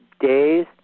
day's